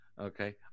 okay